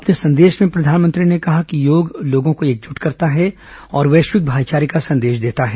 अपने संदेश में प्रधानमंत्री ने कहा कि योग लोगों को एकजुट करता है और वैश्विक भाइचारे का संदेश देता है